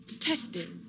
detective